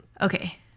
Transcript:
Okay